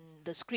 the script